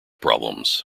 problems